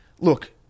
Look